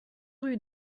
rue